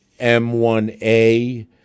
M1A